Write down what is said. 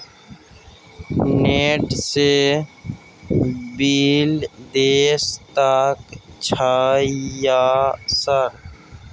Net से bill देश सक छै यह सर?